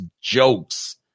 jokes